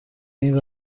این